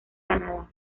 canadá